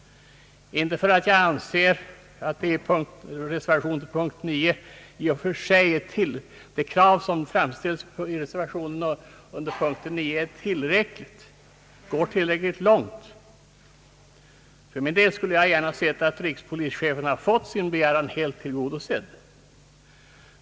Jag anser inte att det krav som framställts i reservationen vid punkt 9 går tillräckligt långt. För min del skulle jag gärna sett att rikspolischefen fått hela sin begäran tillgodosedd.